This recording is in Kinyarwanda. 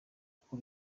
uko